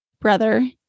brother